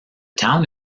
town